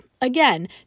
again